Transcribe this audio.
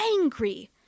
angry